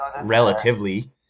Relatively